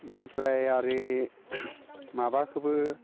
बेनिफ्राय आरो माबाखौबो